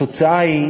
התוצאה היא